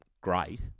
great